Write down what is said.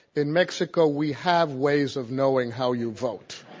in mexico we have ways of knowing how you vote.